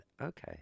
okay